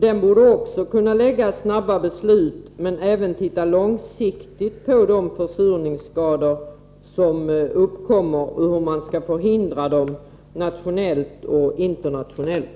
Denna borde också kunna lägga fram snabba beslut men även titta långsiktigt på de försurningsskador som uppkommer och hur man skall förhindra dem, nationellt och internationellt.